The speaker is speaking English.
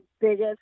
biggest